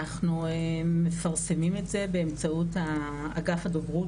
אנחנו מפרסמים את זה באמצעות אגף הדוברות